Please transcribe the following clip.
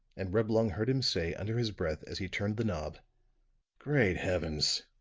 and reblong heard him say, under his breath, as he turned the knob great heavens!